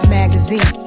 magazine